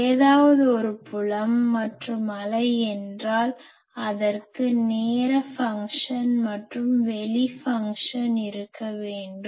ஏதாவது ஒரு புலம் மற்றும் அலை என்றால் அதற்கு நேர ஃபங்ஷன் மற்றும் வெளி ஃபங்ஷன் இருக்க வேண்டும்